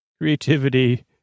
Creativity